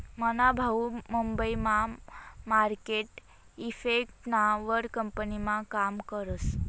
मना भाऊ मुंबई मा मार्केट इफेक्टना वर कंपनीमा काम करस